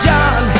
John